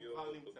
הוא כבר נמצא.